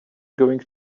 going